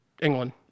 England